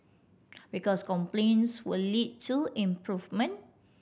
because complaints will lead to improvement